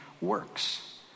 works